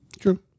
true